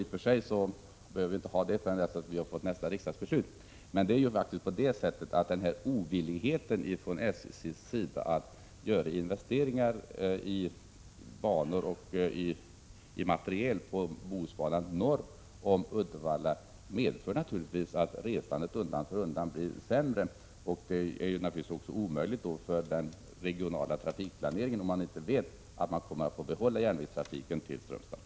I och för sig behöver vi inte känna oro förrän nästa riksdagsbeslut föreligger. Det är dock faktiskt så, att SJ:s ovillighet att göra investeringar i banor och materiel när det gäller Bohusbanan norr om Uddevalla naturligtvis medför att resandet undan för undan blir sämre. Självfallet är det en omöjlig situation för den regionala trafikplaneringen, om man inte vet att man kommer att få behålla järnvägstrafiken till Strömstad.